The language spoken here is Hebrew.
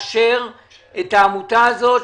חוץ מהעמותה הזאת,